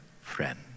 friend